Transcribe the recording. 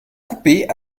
coupet